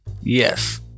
Yes